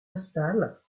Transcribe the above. installe